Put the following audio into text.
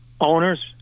owners